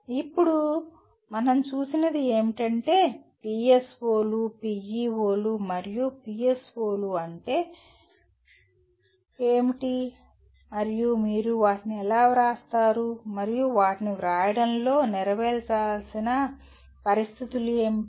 ఇప్పుడు మనం చూసినది ఏమిటంటే పిఎస్ఓలు పిఇఓలు మరియు పిఎస్ఓలు అంటే ఏమిటి మరియు మీరు వాటిని ఎలా వ్రాస్తారు మరియు వాటిని వ్రాయడంలో నెరవేర్చాల్సిన పరిస్థితులు ఏమిటి